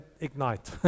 ignite